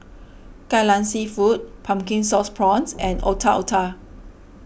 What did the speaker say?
Kai Lan Seafood Pumpkin Sauce Prawns and Otak Otak